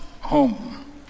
home